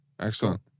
Excellent